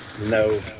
No